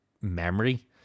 memory